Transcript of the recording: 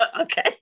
Okay